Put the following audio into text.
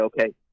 okay